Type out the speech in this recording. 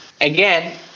again